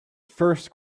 first